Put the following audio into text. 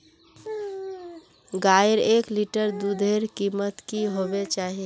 गायेर एक लीटर दूधेर कीमत की होबे चही?